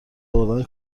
آوردن